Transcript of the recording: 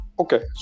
okay